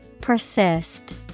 persist